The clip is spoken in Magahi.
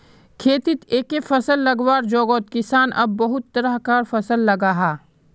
खेतित एके फसल लगवार जोगोत किसान अब बहुत तरह कार फसल लगाहा